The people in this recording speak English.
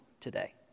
today